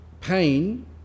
pain